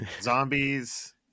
zombies